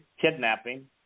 kidnapping